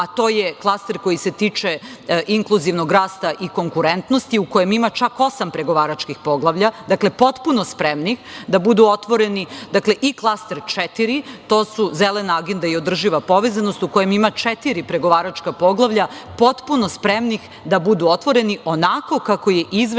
a to je klaster koji se tiče inkluzivnog rasta i konkurentnost u kojem ima čak osam pregovaračkih poglavlja. Dakle, potpuno spremni da budu otvoreni i klaster 4, to su Zelena agenda i održiva povezanost u kojoj ima četiri pregovaračka poglavlja potpuno spremnih da budu otvoreni onako kako je Izveštaj